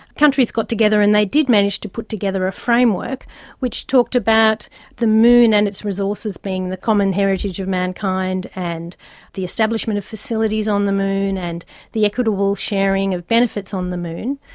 countries got together and they did manage to put together a framework which talked about the moon and its resources being the common heritage of mankind, and the establishment of facilities on the moon, and the equitable sharing of benefits on the moon.